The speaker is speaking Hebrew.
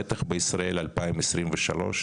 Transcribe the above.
בטח בישראל ב-2023,